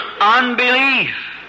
unbelief